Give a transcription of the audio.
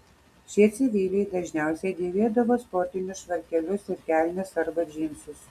šie civiliai dažniausiai dėvėdavo sportinius švarkelius ir kelnes arba džinsus